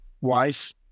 wife